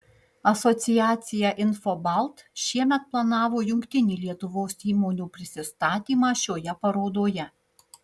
asociacija infobalt šiemet planavo jungtinį lietuvos įmonių prisistatymą šioje parodoje